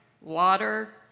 water